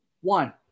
One